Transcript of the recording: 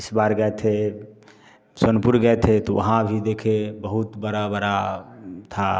इस बार गए थे सोनपुर गए थे तो वहाँ भी देखे बहुत बड़ा बड़ा था